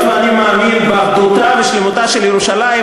היות שאני מאמין באחדותה ובשלמותה של ירושלים,